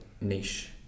niche